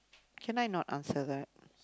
can I not answer that